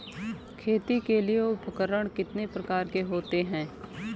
खेती के लिए उपकरण कितने प्रकार के होते हैं?